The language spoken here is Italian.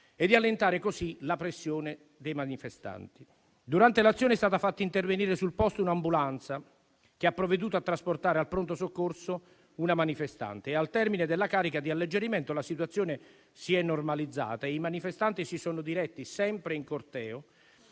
e di allentare così la pressione dei manifestanti. Durante l'azione è stata fatta intervenire sul posto un'ambulanza, che ha provveduto a trasportare al pronto soccorso una manifestante. Al termine della carica di alleggerimento, la situazione si è normalizzata e i manifestanti si sono diretti, sempre in corteo,